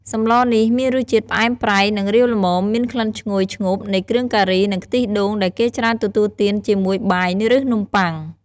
សម្លនេះ មានរសជាតិផ្អែមប្រៃ និងរាវល្មម មានក្លិនឈ្ងុយឈ្ងប់នៃគ្រឿងការី និងខ្ទិះដូង ដែលគេច្រើនទទួលទានជាមួយបាយ ឬនំប៉័ង។